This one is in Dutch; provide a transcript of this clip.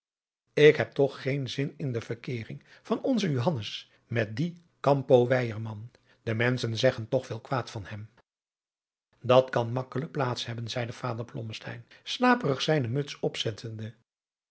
ik heb toch geen zin in de verkeering van onzen johannes met dien campo weyerman de menschen zeggen toch veel kwaad yan hem dat kan makkelijk plaats hebben zeide vader blommesteyn slaperig zijne muts opzettende